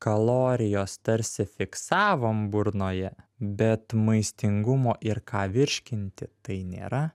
kalorijos tarsi fiksavom burnoje bet maistingumo ir ką virškinti tai nėra